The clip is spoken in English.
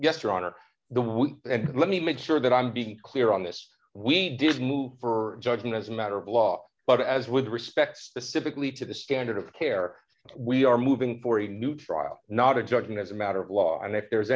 yes your honor the will and let me make sure that i'm being clear on this we did move for judging as a matter of law but as with respect specific lead to the standard of care we are moving for a new trial not a judgment as a matter of law and if there